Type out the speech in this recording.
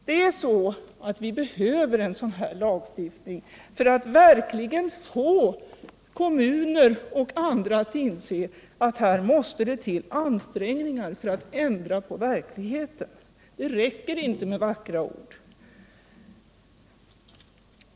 Det är så att vi behöver en sådan här lagstiftning fär att verkligen få kommuner och andra att inse att här måste det till ansträngningar för att ändra på verkligheten — det räcker inte med vackra ord.